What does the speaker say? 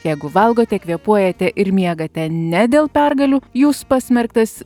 jeigu valgote kvėpuojate ir miegate ne dėl pergalių jūs pasmerktas